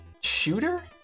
shooter